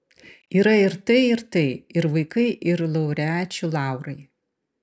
yra ir tai ir tai ir vaikai ir laureačių laurai